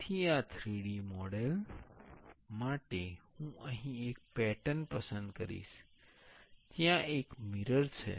તેથી આ 3D model માં મિરર માટે હું અહીં એક પેટર્ન પસંદ કરીશ ત્યાં એક મિરર છે